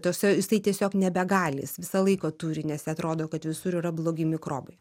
tose jisai tiesiog nebegali jis visą laiką turi nes atrodo kad visur yra blogi mikrobai